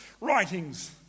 writings